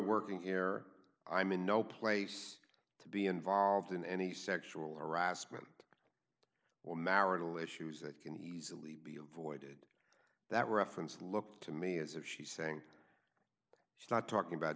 working here i'm in no place to be involved in any sexual harassment or marital issues that can easily be avoided that reference looked to me as if she's saying she's not talking about